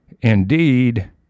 indeed